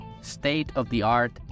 state-of-the-art